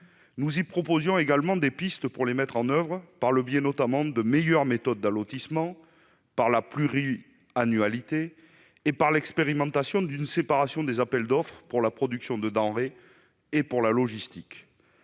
Nous y proposions également des pistes de mise en oeuvre, avec, notamment, de meilleures méthodes d'allotissement, un rythme pluriannuel et l'expérimentation d'une séparation des appels d'offres pour la production de denrées et pour la logistique.